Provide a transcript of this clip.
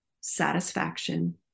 satisfaction